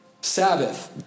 Sabbath